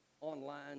online